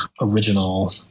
original